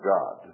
God